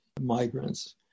migrants